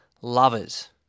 lovers